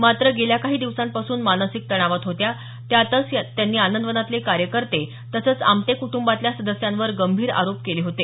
मात्र गेल्या काही दिवसांपासून मानसिक तणावात होत्या त्यातच त्यांनी आनंदवनातले कार्यकर्ते तसंच आमटे कुटंबातल्या सदस्यांवर गंभीर आरोप केले होते